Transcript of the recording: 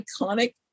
iconic